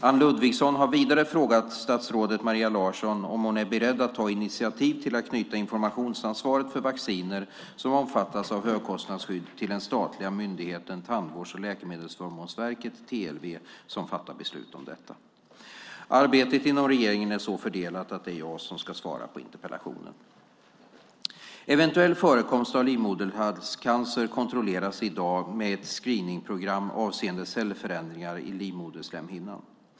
Anne Ludvigsson har vidare frågat statsrådet Maria Larsson om hon är beredd att ta initiativ till att knyta informationsansvaret för vacciner som omfattas av högkostnadsskydd till den statliga myndigheten Tandvårds och läkemedelsförmånsverket som fattar beslut om detta. Arbetet inom regeringen är så fördelat att det är jag som ska svara på interpellationen. Eventuell förekomst av livmoderhalscancer kontrolleras i dag med ett screeningprogram avseende cellförändringar i livmoderslemhinnan.